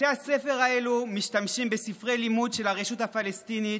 בתי הספר האלו משתמשים בספרי לימוד של הרשות הפלסטינית,